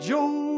Joe